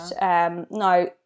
now